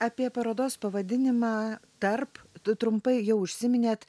apie parodos pavadinimą tarp tu trumpai jau užsiminėt